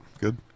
Good